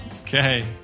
Okay